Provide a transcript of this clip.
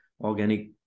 organic